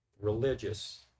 religious